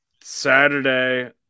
Saturday